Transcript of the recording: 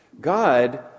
God